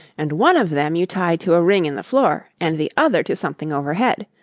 and one of them you tie to a ring in the floor and the other to something overhead.